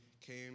came